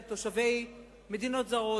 אלא תושבי מדינות זרות,